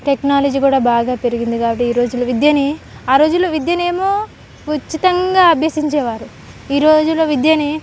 technology కూడా బాగా పెరిగింది కాబట్టి ఈ రోజుల విద్యని ఆ రోజుల్లో విద్యనేమో ఉచితంగా అభ్యసించేవారు ఈ రోజుల్లో విద్యని